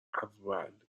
اول